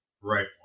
Right